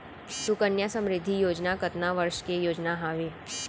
सुकन्या समृद्धि योजना कतना वर्ष के योजना हावे?